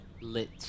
lit